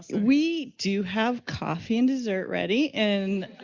we do have coffee and dessert ready and